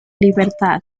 libertad